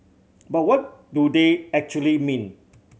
but what do they actually mean